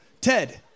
Ted